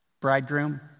Bridegroom